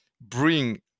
bring